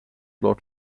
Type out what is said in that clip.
lord